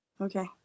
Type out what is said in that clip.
Okay